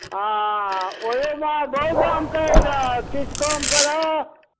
आ ओहिमे बहुत दाम कहै छहक किछु कम करहक